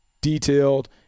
detailed